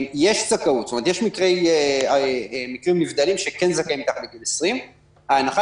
יש מקרים נבדלים שכן זכאים מתחת לגיל 20. ההנחה